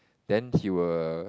then he will